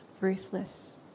ruthless